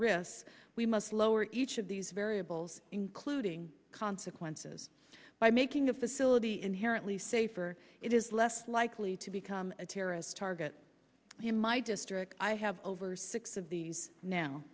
risks we must lower each of these variables including consequences by making a facility inherently safer it is less likely to become a terrorist target him my district i have over six of these now